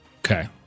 Okay